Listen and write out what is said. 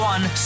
One